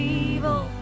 evil